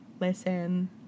listen